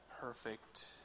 perfect